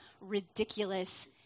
ridiculous